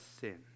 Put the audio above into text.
sin